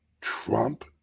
Trump